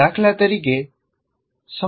દાખલા તરીકે